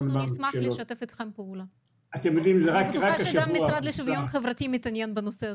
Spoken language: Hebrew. נשמח לשתף אתכם פעולה ואני בטוחה שגם המשרד לשוויון חברתי מתעניין בזה.